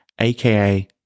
aka